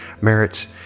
merits